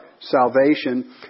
salvation